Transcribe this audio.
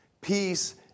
peace